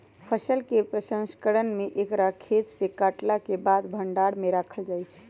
फसल के प्रसंस्करण में एकरा खेतसे काटलाके बाद भण्डार में राखल जाइ छइ